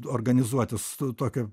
organizuotis tu tokį